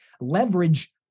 Leverage